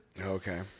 Okay